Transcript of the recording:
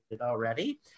already